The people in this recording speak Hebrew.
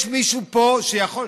יש מישהו פה שיכול?